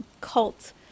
cult